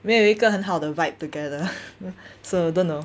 没有一个很好的 vibe together so don't know